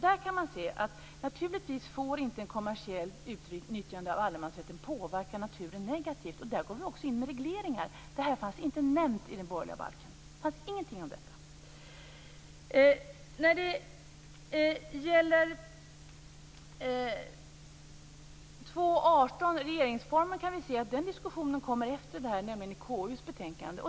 Där kan man se att ett kommersiellt utnyttjande av allemansrätten naturligtvis inte får påverka naturen negativt. Där går vi också in med regleringar. Det här fanns inte nämnt i den borgerliga balken. Det fanns ingenting om detta. När det gäller 2:18 i regeringsformen kan vi se att det kommer en diskussion efter den här i samband med KU:s betänkande.